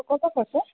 ক'ৰ পৰা কৈছে